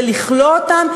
ולכלוא אותם,